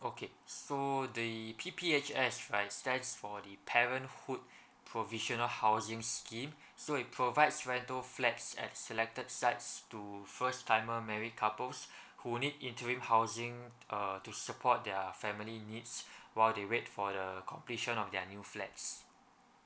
okay so the P_P_H_S right stands for the parenthood provisional housing scheme so it provides rental flats at selected sites to first timer married couples who need interim housing err to support their family needs while they wait for the completion of their new flats